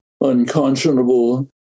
unconscionable